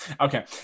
Okay